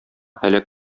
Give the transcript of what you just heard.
һәлак